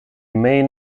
main